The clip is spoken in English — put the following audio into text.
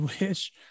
wish